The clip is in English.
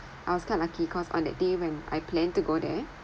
I was quite lucky cause on the day when I plan to go there